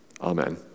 amen